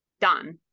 done